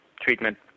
treatment